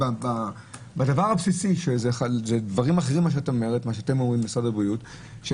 בדבר הבסיסי שאלה דברים אחרים מאלה שאתם אומרים במשרד הבריאות,